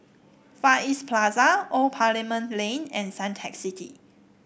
Far East Plaza Old Parliament Lane and Suntec City